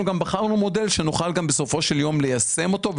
אנחנו בחרנו מודל שגם נוכל ליישם אותו,